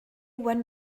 one